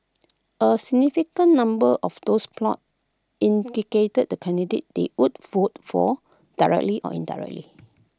A significant number of those polled indicated the candidate they would vote for directly or indirectly